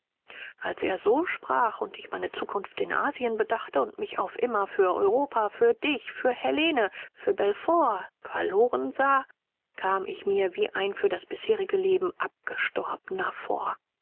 als er so sprach und ich meine zukunft in asien bedachte und mich auf immer für europa für dich für helene für bellefonds verloren sah kam ich mir wie ein für das bisherige leben abgestorbener vor